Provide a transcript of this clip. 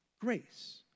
grace